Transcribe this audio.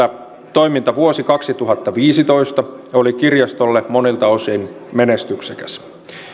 toimintavuosi kaksituhattaviisitoista oli kirjastolle monilta osin menestyksekäs